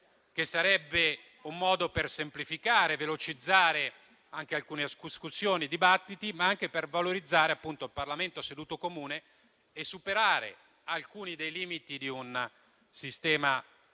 che sarebbe un modo per semplificare e velocizzare alcune discussioni e dibattiti, ma anche per valorizzare il Parlamento in seduta comune e superare alcuni dei limiti del bicameralismo